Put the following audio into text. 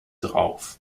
drauf